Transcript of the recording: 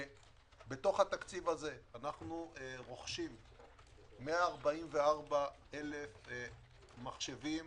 בתוך התקציב זה אנחנו רוכשים 144,000 מחשבים,